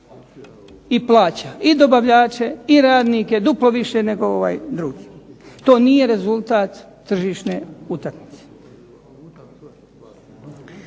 i plaća dobavljače i radnike duplo više nego ovaj drugi. To nije rezultat tržišne utakmice.